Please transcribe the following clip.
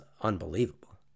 unbelievable